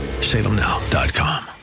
Salemnow.com